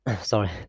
sorry